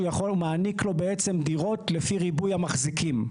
הוא מעניק לו בעצם דירות לפי ריבוי המחזיקים.